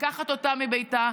לקחת אותה מביתה,